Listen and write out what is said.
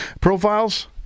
profiles